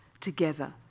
together